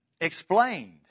explained